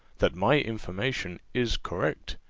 that my information is correct.